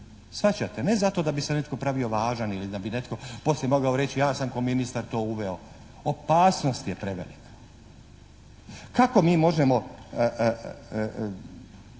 Shvaćate? Ne zato da bi se netko pravio važan ili da bi netko poslije mogao reći ja sam kao ministar to uveo. Opasnost je prevelika. Kako mi možemo